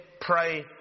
pray